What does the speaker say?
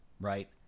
right